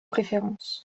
préférence